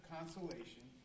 Consolation